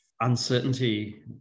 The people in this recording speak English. uncertainty